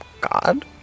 God